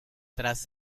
tras